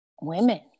women